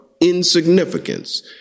insignificance